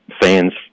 fans